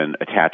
attach